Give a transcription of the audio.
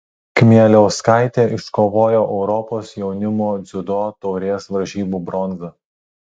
kmieliauskaitė iškovojo europos jaunimo dziudo taurės varžybų bronzą